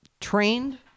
trained